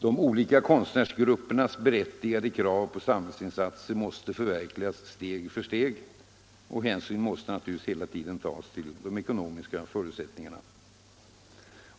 De olika konstnärsgruppernas berättigade krav på samhällsinsatser måste förverkligas steg för steg — och hänsyn måste naturligtvis hela tiden tas till de ekonomiska förutsättningarna.